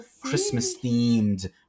Christmas-themed